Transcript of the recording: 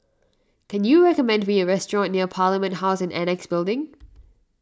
can you recommend me a restaurant near Parliament House and Annexe Building